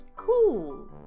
cool